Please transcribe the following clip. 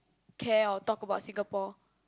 care or talk about Singapore